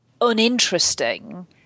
uninteresting